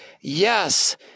Yes